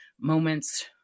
moments